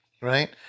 right